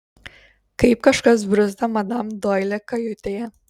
kaip kažkas bruzda madam doili kajutėje